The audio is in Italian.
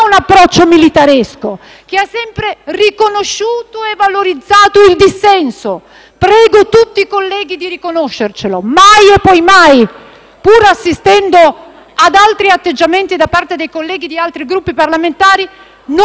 un approccio militaresco, che ha sempre riconosciuto e valorizzato il dissenso - prego tutti i colleghi di riconoscerci che mai e poi mai, pur assistendo ad altri atteggiamenti da parte dei colleghi di altri Gruppi parlamentari,